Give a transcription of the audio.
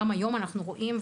גם היום אנחנו רואים את זה,